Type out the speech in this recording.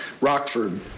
Rockford